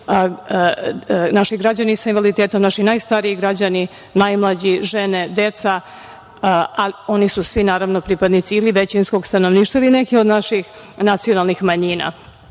naši građani sa invaliditetom, naši najstariji građani, najmlađi, žene, deca, a ono su svi pripadnici ili većinskog stanovništva ili neki od naših nacionalnih manjina. Što